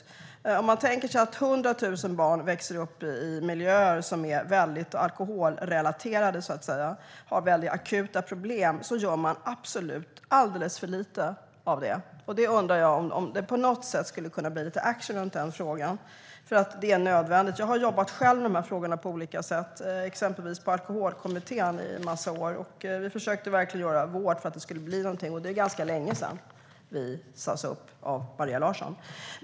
För de 100 000 barn som växer upp i miljöer som är väldigt alkoholrelaterade och där man har akuta problem görs det absolut alldeles för lite. Jag undrar om det på något sätt skulle kunna bli lite action i den frågan, för det är nödvändigt. Jag har själv jobbat med de här frågorna på olika sätt, exempelvis i Alkoholkommittén under en massa år. Där försökte vi verkligen göra vårt för att det skulle hända någonting, och det är ganska länge sedan som vi sas upp av Maria Larsson.